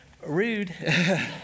Rude